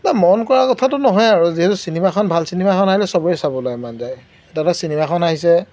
এই এতিয়া মন কৰা কথাটো নহয় আৰু যিহেতু চিনেমাখন ভাল চিনেমা এখন আহিলে চবৰেই চাবলৈ মন যায় এতিয়া তাতে চিনেমাখন আহিছে